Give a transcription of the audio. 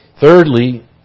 Thirdly